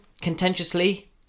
contentiously